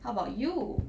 how about you